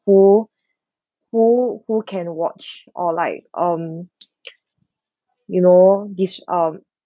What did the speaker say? who who who can watch or like um you know dis~ um